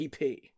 EP